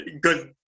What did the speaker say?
good